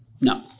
No